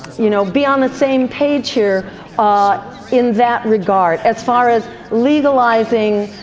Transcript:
you know be on the same page here in that regard as far as legalizing,